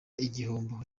igihombo